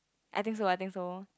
I think so I think so